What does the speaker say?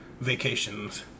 vacations